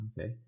Okay